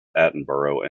attenborough